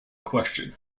question